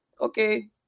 Okay